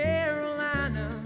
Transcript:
Carolina